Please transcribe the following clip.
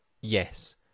yes